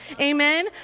Amen